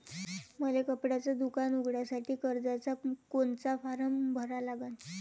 मले कपड्याच दुकान उघडासाठी कर्जाचा कोनचा फारम भरा लागन?